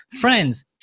friends